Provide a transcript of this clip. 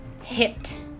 hit